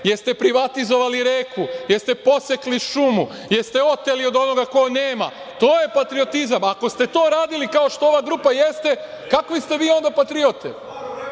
jeste li privatizovali reku, jeste li posekli šumu, jeste li oteli od onoga ko nema, to je patriotizam. Ako ste to radili, kao što ova grupa jeste, kakve ste vi onda patriote?